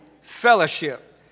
fellowship